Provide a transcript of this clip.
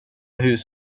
hus